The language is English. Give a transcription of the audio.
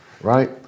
right